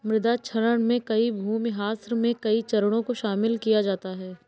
मृदा क्षरण में भूमिह्रास के कई चरणों को शामिल किया जाता है